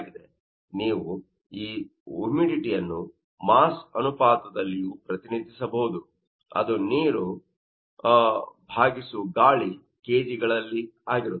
ನೀವು ಈ ಹ್ಯೂಮಿಡಿಟಿಯನ್ನು ಮಾಸ್ ಅನುಪಾತದದಲ್ಲಿಯೂ ಪ್ರತಿನಿಧಿಸಬಹುದು ಅದು ನೀರು by ಗಾಳಿ kg ಗಳಲ್ಲಿ ಆಗಿರುತ್ತದೆ